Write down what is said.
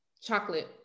chocolate